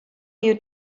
you